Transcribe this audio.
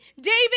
David